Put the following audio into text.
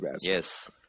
yes